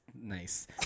nice